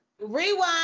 Rewind